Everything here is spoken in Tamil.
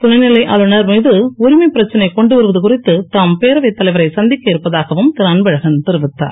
துணை நிலை ஆளுநர் மீது உரிமை பிரச்சனை கொண்டு வருவது குறித்து தாம் பேரவைத் தலைவரை சந்திக்க இருப்பதாகவும் திரு அன்பழகன் தெரிவித்தார்